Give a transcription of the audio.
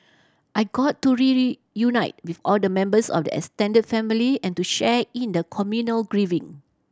I got to unite with all the members of the extended family and to share in the communal grieving